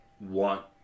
want